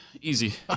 Easy